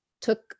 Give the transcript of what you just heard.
took